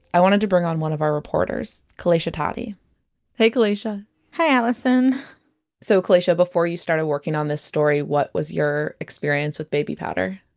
i wanted to bring on one of our reporters kalaisha totty hey kalaisha hey allison so kalaisha before you started working on this story, what was your experience with baby powder?